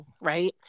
Right